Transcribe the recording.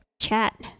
chat